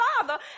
Father